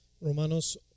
Romanos